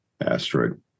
asteroid